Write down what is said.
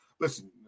listen